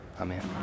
Amen